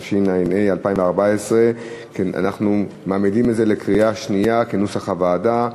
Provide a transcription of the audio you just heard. התשע"ה 2014. אנחנו מעמידים את זה לקריאה שנייה כנוסח הוועדה.